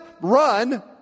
run